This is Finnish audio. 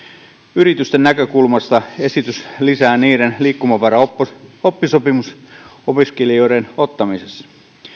yritysten näkökulmasta esitys lisää niiden liikkumavaraa oppisopimusopiskelijoiden ottamisessa